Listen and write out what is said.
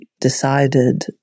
decided